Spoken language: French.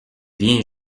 vient